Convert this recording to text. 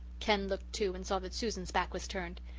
ken looked, too, and saw that susan's back was turned.